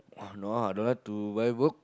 !wah! no ah I don't like to buy book